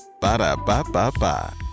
Ba-da-ba-ba-ba